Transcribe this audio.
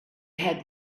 had